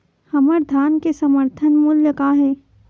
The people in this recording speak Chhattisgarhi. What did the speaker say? हमर धान के समर्थन मूल्य का हे?